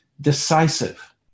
decisive